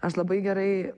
aš labai gerai